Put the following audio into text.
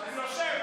אני אמרתי לבטל,